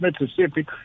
Mississippi